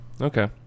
Okay